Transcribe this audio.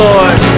Lord